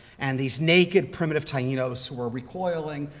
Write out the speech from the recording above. and these naked primitive tainos who were recoiling,